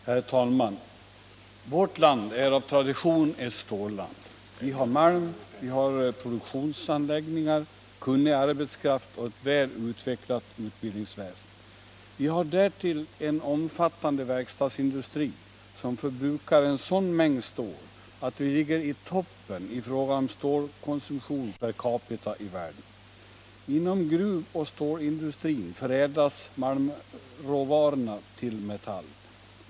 Herr talman! Vårt land är av tradition ett stålland. Vi har malm, vi har produktionsanläggningar, kunnig arbetskraft och ett väl utvecklat utbildningsväsen. Vi har därtill en omfattande verkstadsindustri, som förbrukar en sådan mängd stål att vi ligger i toppen i fråga om stålkonsumtion per capita i världen. Inom gruvoch stålindustrin förädlas malmråvarorna till metall.